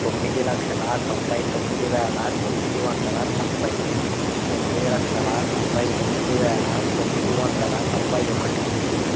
తొమ్మిది లక్షల తొంభై తొమ్మిది వేల తొమ్మిది వందల తొంభై తొమ్మిది లక్షల తొంభై తొమ్మిది వేల తొమ్మిది వందల తొంభై ఒకటి